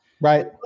Right